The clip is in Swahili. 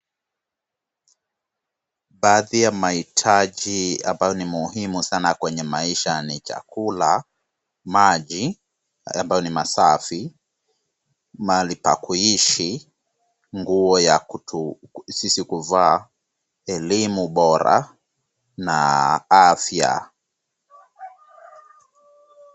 Baadhi ya mahitaji ambayo ni muhimu sana kwenye maisha ni chakula, maji ambayo ni masafi, mahali pa kuishi, nguo ya sisi kuvaa, elimu bora na afya.